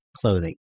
clothing